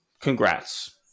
congrats